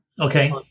Okay